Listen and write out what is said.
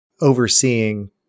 overseeing